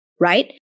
right